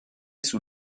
sous